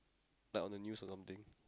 ya maybe a certain something